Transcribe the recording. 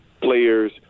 players